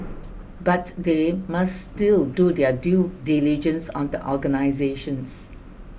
but they must still do their due diligence on the organisations